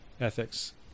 ethics